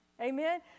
Amen